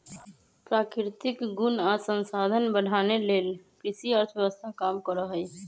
प्राकृतिक गुण आ संसाधन बढ़ाने लेल कृषि अर्थव्यवस्था काम करहइ